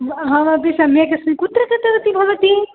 अहमपि सम्यगस्मि कुत्र गतवती भवती